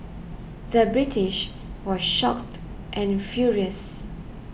the British was shocked and furious